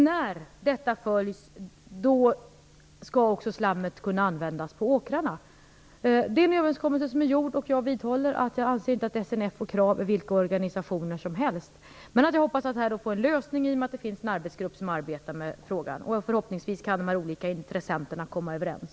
När dessa följs skall slammet kunna användas på åkrarna. Men en överenskommelse har träffats, och jag vidhåller att jag inte anser att SNF och KRAV är vilka organisationer som helst. Jag hoppas att man får en lösning i och med att en arbetsgrupp arbetar med frågan. Förhoppningsvis kan de olika intressenterna komma överens.